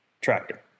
tractor